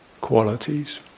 qualities